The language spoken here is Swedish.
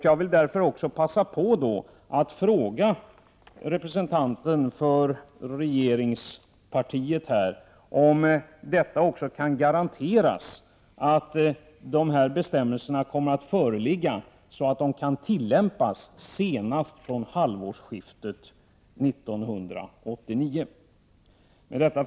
Jag vill därför passa på att fråga representanten för regeringspartiet här om det kan garanteras att förslag om sådana bestämmelser kommer att föreligga i så god tid att de kan tillämpas senast från halvårsskiftet 1989. Fru talman!